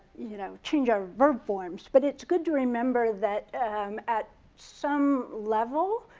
you know, change our verb forms, but it's good to remember that at some level,